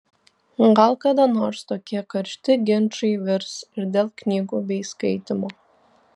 gal kada nors tokie karšti ginčai virs ir dėl knygų bei skaitymo